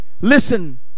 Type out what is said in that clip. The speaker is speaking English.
listen